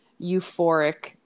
euphoric